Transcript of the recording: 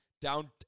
down